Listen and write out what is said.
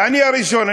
ואני הראשון,